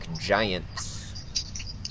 Giants